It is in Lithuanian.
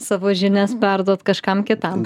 savo žinias perduot kažkam kitam